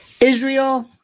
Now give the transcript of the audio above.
Israel